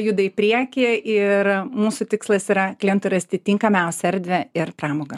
juda į priekį ir mūsų tikslas yra klientui rasti tinkamiausią erdvę ir pramogą